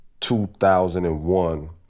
2001